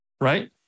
right